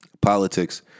Politics